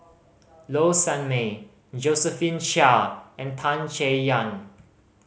Low Sanmay Josephine Chia and Tan Chay Yan